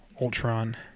Ultron